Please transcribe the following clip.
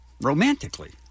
romantically